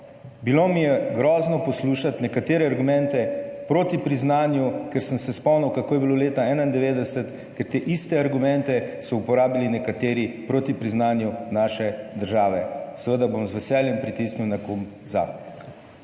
Bilo mi je grozno poslušati nekatere argumente proti priznanju, ker sem se spomnil, kako je bilo leta 1991, ker te iste argumente so uporabili nekateri proti priznanju naše države. Seveda bom z veseljem pritisnil na gumb ZA.